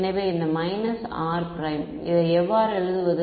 எனவே இந்த r minus r prime இதை எவ்வாறு எழுதுவது